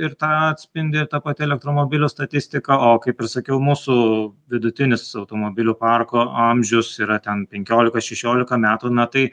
ir tą atspindi ir ta pati elektromobilių statistika o kaip ir sakiau mūsų vidutinis automobilių parko amžius yra ten penkiolika šešiolika metų na tai